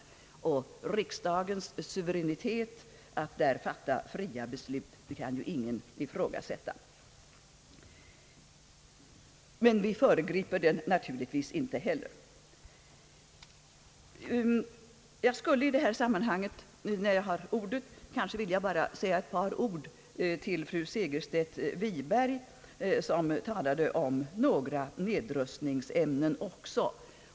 Riksdagens suveränitet att därvidlag fatta fria beslut kan ingen ifrågasätta, och vi föregriper naturligtvis inte heller riksdagens avgörande. När jag har ordet skulle jag vilja säga något till fru Segerstedt Wiberg, som också talade om nedrustning.